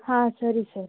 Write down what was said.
ಹಾಂ ಸರಿ ಸರ್